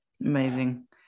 Amazing